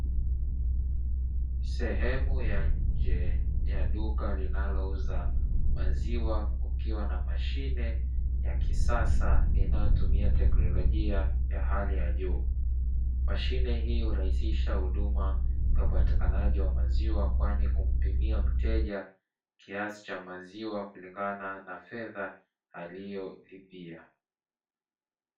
Sehemu ya nje ya duka linalouza maziwa kukiwa na mashine ya kisasa inayotumia teknolojia ya hali ya juu. Mashine hio hurahisisha huduma ya upatikanaji wa maziwa kwani humpimia mteja kiasi cha maziwa kulingana na fedha aliyolipia.